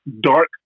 Dark